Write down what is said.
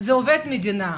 הוא עובד מדינה,